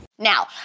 Now